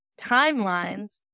timelines